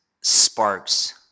sparks